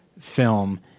film